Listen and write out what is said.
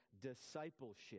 discipleship